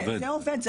זה עובד.